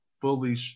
fully